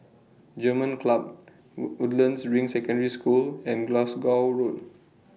German Club Woodlands Ring Secondary School and Glasgow Road